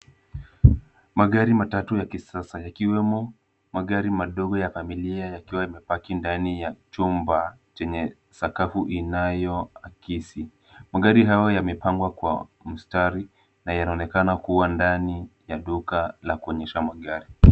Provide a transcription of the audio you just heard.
Magari matatu ya kisasa yakiwemo magari madogo ya familia yakiwa yamepaki ndani ya chumba chenye sakafu inayoakisi , magari hayo yamepangwa kwa mstari na yanaonekana kuwa ndani ya duka la kuonyesha magari.